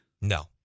No